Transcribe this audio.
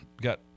got